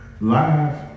live